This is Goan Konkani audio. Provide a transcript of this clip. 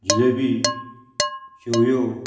जिलेबी शेवयो